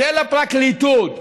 של הפרקליטות.